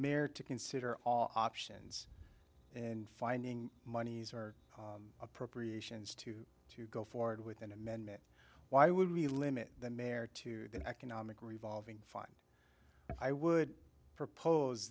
mayor to consider all options and finding monies or appropriations to to go forward with an amendment why would we limit that merit to an economic revolving fine i would propose